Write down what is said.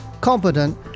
competent